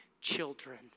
children